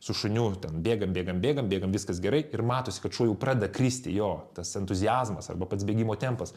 su šuniu ten bėgam bėgam bėgam bėgam viskas gerai ir matosi kad šuo jau pradeda kristi jo tas entuziazmas arba pats bėgimo tempas